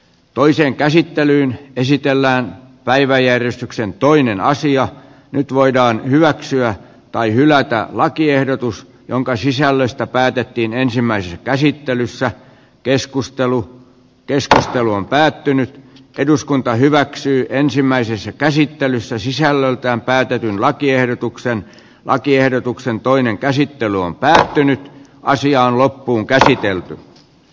toiseen käsittelyyn esitellään päiväjärjestyksen toinen asia nyt voidaan hyväksyä tai hylätä lakiehdotus jonka sisällöstä päätettiin ensimmäisessä käsittelyssä keskustelu keskustelu on päättynyt eduskunta hyväksyy ensimmäisessä käsittelyssä sisällöltään päätetyn lakiehdotuksen lakiehdotuksen toinen käsittely on päättynyt naisia loppuunkäsitelty